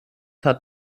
hat